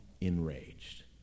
enraged